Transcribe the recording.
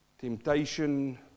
Temptation